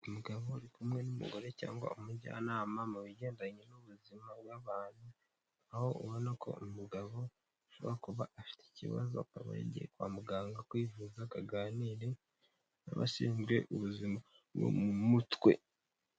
Umugabo uri kumwe n'umugore cyangwa umujyanama mu bigendanye n'ubuzima bw'abantu aho ubona ko umugabo ashobora kuba afite ikibazo akaba yagiye kwa muganga kwivuza ngo aganire n'abashinzwe ubuzima bwomumu mutwe.